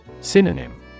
Synonym